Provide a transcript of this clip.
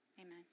Amen